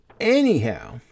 Anyhow